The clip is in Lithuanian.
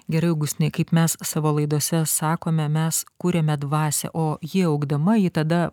gerai augustinai kaip mes savo laidose sakome mes kuriame dvasią o ji augdama ji tada